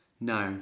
No